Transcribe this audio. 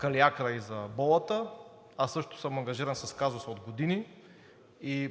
Калиакра и за Болата, аз също съм ангажиран с казуса от години и